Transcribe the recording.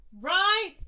right